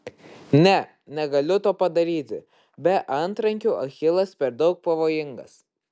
ne negaliu to padaryti be antrankių achilas per daug pavojingas